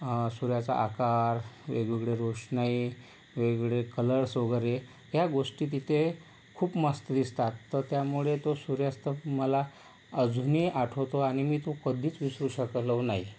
सूर्याचा आकार वेगवेगळी रोषणाई वेगवेगळे कलर्स वगैरे ह्या गोष्टी तिथे खूप मस्त दिसतात तर त्यामुळे तो सूर्यास्त मला अजूनही आठवतो आणि मी तो कधीच विसरू शकलो नाही